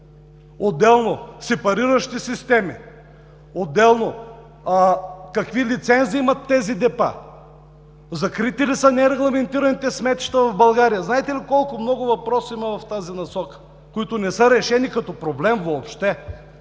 Отделно – сепариращи системи. Отделно – какви лицензии имат тези депа? Закрити ли са нерегламентираните сметища в България? Знаете ли колко много въпроси има в тази насока, които въобще не са решени като проблем!